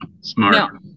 Smart